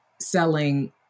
selling